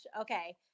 okay